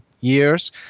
years